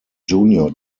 junior